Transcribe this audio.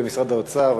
במשרד האוצר,